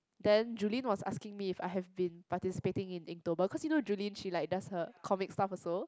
then Julie was asking me if I have been participating in Inktober cause you know Julie she like does her comic stuff also